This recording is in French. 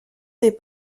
des